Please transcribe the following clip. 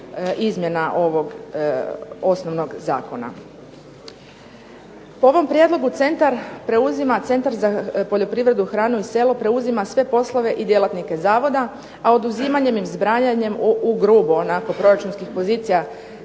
izmjena ovog osnovnog zakona. Po ovom prijedlogu Centar za poljoprivredu, hranu i selo preuzima sve poslove i djelatnike zavoda, a oduzimanjem i zbrajanjem ugrubo onako brojčanih pozicija